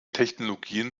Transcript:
technologien